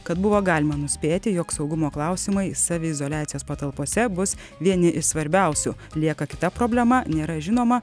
kad buvo galima nuspėti jog saugumo klausimai saviizoliacijos patalpose bus vieni iš svarbiausių lieka kita problema nėra žinoma